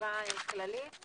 הדיון